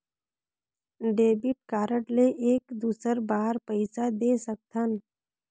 Debit card ले एक दुसर बार पइसा दे सकथन?